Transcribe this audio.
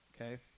Okay